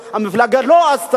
או איזה מפלגה לא עשתה,